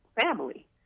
family